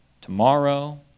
tomorrow